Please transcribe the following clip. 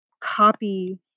copy